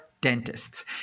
dentists